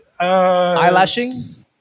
Eyelashing